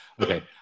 Okay